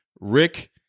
Rick